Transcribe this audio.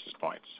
points